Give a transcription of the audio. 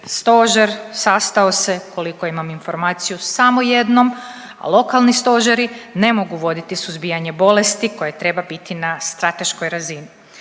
stožer sastao se, koliko imam informaciju, samo jednom, a lokalni stožeri ne mogu voditi suzbijanje bolesti koja treba biti na strateškoj razini.